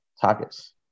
targets